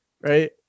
right